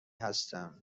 هستم